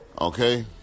Okay